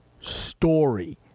story